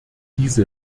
diese